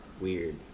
weird